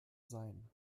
sein